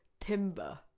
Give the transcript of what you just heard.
Timber